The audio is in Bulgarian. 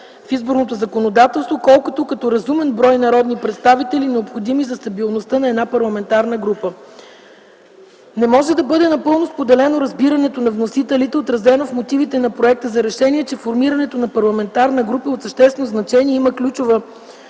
в изборното законодателство, колкото като разумен брой народни представители, необходими за стабилността на една парламентарна група. Не може да бъде напълно споделено разбирането на вносителите, отразено в мотивите на проекта за решение, че формирането на парламентарна група е от съществено значение и има ключова